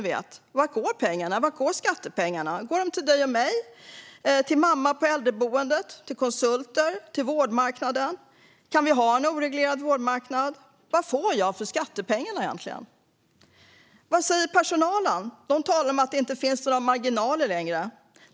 Vart går skattepengarna? Går de till dig och mig? Till mamma på äldreboendet, till konsulter, till vårdmarknaden? Kan vi ha en oreglerad vårdmarknad? Vad får jag egentligen för skattepengarna? Vad säger personalen? De talar om att det inte finns några marginaler längre.